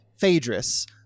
Phaedrus